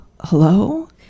Hello